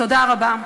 תודה רבה.